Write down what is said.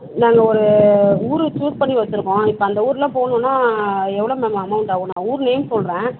நாங்கள் ஒரு ஊர் ச்சூஸ் பண்ணி வச்சுருக்கோம் இப்போ அந்த ஊர்லாம் போகணும்னா எவ்வளோ மேம் அமௌண்ட் ஆகும் நான் ஊர் நேம் சொல்கிறேன்